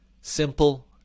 simple